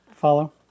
follow